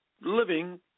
living